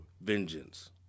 Vengeance